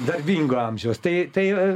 darbingo amžiaus tai tai